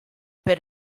per